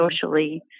socially